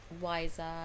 wiser